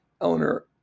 Eleanor